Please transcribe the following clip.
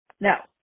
Now